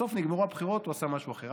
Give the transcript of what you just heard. בסוף נגמרו הבחירות, והוא עשה משהו אחר.